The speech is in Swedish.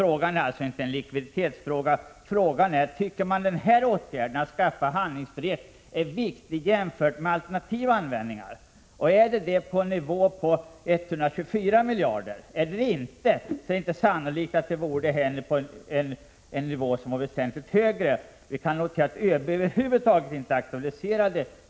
Det är alltså inte en likviditetsfråga, utan frågan är: Anser man att åtgärden att skaffa handlingsfrihet är viktig jämfört med alternativa användningar? Är den det på en nivå på 124 miljarder? Är den inte det, så är det inte sannolikt att den vore det heller på en något högre nivå. Vi kan notera att ÖB över huvud taget inte aktualiserat detta.